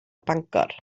bangor